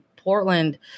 portland